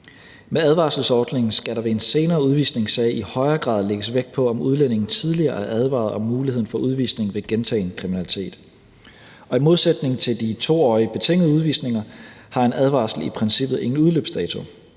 Med advarselsordningen skal der ved en senere udvisningssag i højere grad lægges vægt på, om udlændingen tidligere er advaret om muligheden for udvisning ved gentagen kriminalitet, og i modsætning til de 2-årige betingede udvisninger har en advarsel i princippet ingen udløbsdato.